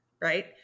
right